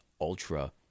ultra